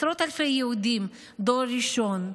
עשרות אלפי יהודים דור ראשון,